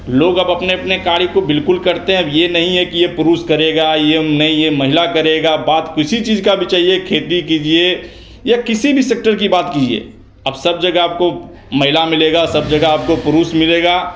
लोग अब अपने अपने कार्य को बिल्कुल करते हैं अब यह नहीं है कि यह पुरुष करेगा यह नहीं यह महिला करेगी बात किसी चीज़ का भी चाहिए खेती कीजिए या किसी भी सेक्टर की बात कीजिए अब सब जगह आपको महिला मिलेगी सब जगह आपको पुरुष मिलेगा